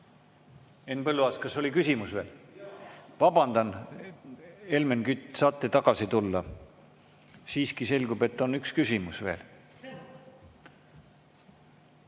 Henn Põlluaas, kas oli küsimus või? Vabandust! Helmen Kütt, saate tagasi tulla? Siiski selgub, et on üks küsimus veel.